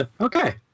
Okay